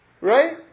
right